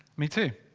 me too!